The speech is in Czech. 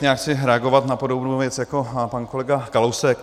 Já chci reagovat na podobnou věc jako pan kolega Kalousek.